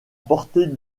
portée